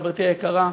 חברתי היקרה,